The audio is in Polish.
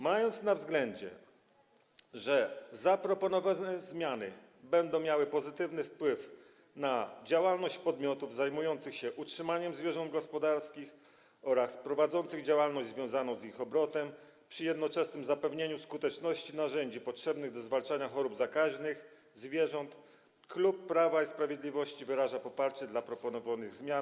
Mając na względzie, że zaproponowane zmiany będą miały pozytywny wpływ na działalność podmiotów zajmujących się utrzymaniem zwierząt gospodarskich oraz prowadzących działalność związaną z ich obrotem, przy jednoczesnym zapewnieniu skuteczności narzędzi potrzebnych do zwalczania chorób zakaźnych zwierząt, klub Prawa i Sprawiedliwości wyraża poparcie dla proponowanych zmian.